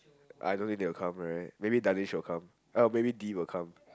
I don't need need to come right maybe Danish will come or maybe Dean will come